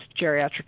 geriatric